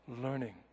learning